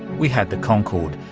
we had the concord,